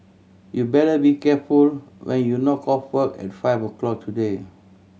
you better be careful when you knock off work at five o'clock today